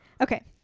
Okay